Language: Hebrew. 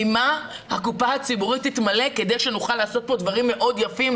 ממה הקופה הציבורית תתמלא כדי שנוכל לעשות פה דברים מאוד יפים,